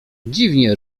dziwnie